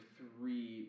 three